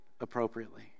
appropriately